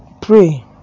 pray